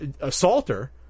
assaulter